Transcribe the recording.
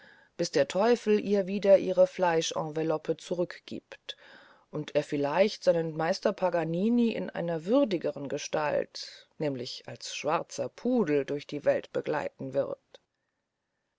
bis der teufel ihr wieder ihre fleischenveloppe zurückgibt und er vielleicht seinen meister paganini in einer würdigeren gestalt nämlich als schwarzer pudel durch die welt begleiten wird